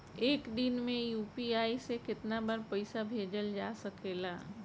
एक दिन में यू.पी.आई से केतना बार पइसा भेजल जा सकेला?